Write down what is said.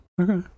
okay